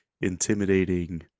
intimidating